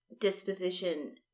disposition